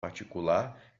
particular